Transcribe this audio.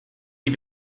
die